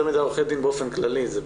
יותר מדי עורכי דין באופן כללי.